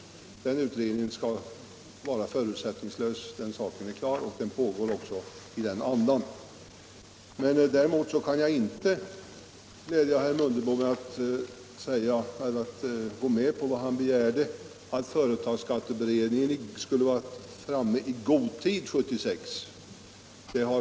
Utredningen skall vara förutsättningslös — den saken är klar. Arbetet bedrivs också i den andan. Däremot kan jag inte glädja herr Mundebo med att säga att företagsskatteberedningen kommer att vara färdig med sitt arbete i god tid under 1976.